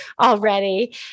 already